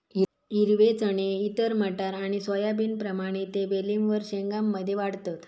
हिरवे चणे इतर मटार आणि सोयाबीनप्रमाणे ते वेलींवर शेंग्या मध्ये वाढतत